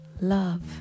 Love